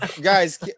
Guys